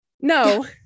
No